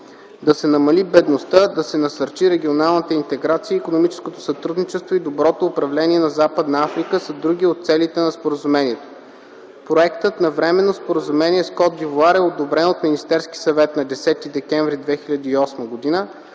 Да се намали бедността, да се насърчи регионалната интеграция, икономическото сътрудничество и доброто управление на Западна Африка са други от целите на споразумението. Проектът на Временно споразумение с Кот д'Ивоар е одобрен от Министерския съвет на 10 декември 2008 г.